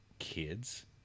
kids